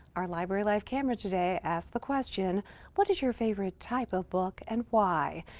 our library life camera today asks the question what is your favorite type of book and why?